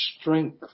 strength